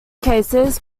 cases